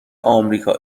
آمریکا